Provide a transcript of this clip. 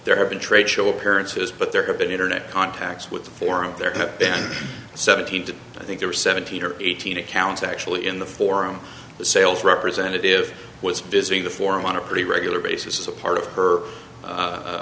there have been trade show appearances but there have been internet contacts with forums there have been seventeen to i think there were seventeen or eighteen accounts actually in the forum the sales representative was busy the forum on a pretty regular basis is a part of her